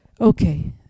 Okay